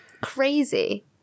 crazy